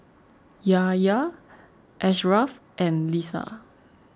Yahya Ashraff and Lisa